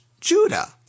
Judah